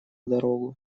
дорогу